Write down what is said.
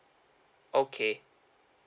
okay